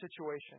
situation